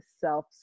self